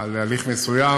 על הליך מסוים,